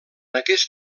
aquest